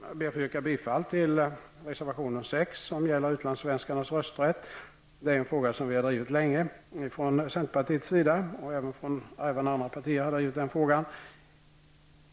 Jag ber att få yrka bifall till reservation 6, som gäller utlandssvenskarnas rösträtt. Det är en fråga som vi har drivit länge från centerpartiets sida, och även andra partier har drivit den frågan.